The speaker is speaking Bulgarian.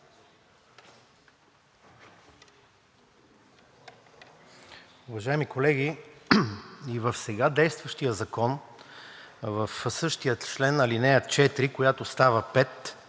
Уважаеми колеги, и в сега действащия закон, в същия член, ал. 4, която става 5,